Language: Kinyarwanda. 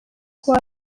kuba